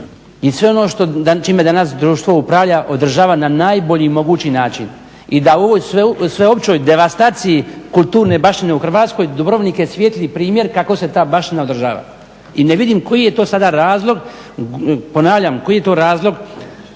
i sve ono čime danas društvo upravlja održava na najbolji mogući način. I da u ovoj sveopćoj devastaciji kulturne baštine u Hrvatskoj Dubrovnik je svijetli primjer kako se ta baština održava. I ne vidim koji je to sada razlog, ponavljam koji je to razlog